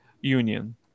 union